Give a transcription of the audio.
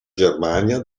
germania